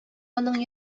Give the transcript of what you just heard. аның